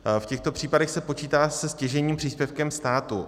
V těchto případech se počítá se stěžejním příspěvkem státu.